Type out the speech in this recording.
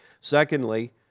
Secondly